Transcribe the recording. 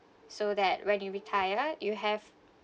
so that when you retire you have